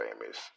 famous